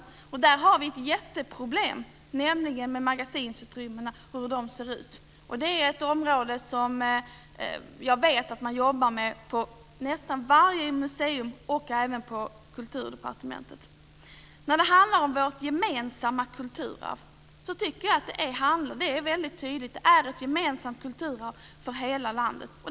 I det sammanhanget har vi ett jätteproblem, nämligen hur magasinsutrymmena ser ut. Jag vet att man på nästan varje museum och även på Kulturdepartementet jobbar med detta. Vad gäller vårt gemensamma kulturarv tycker jag att det är väldigt tydligt att det är ett kulturarv för hela landet.